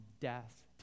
death